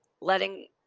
letting